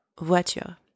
voiture